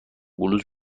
بلوز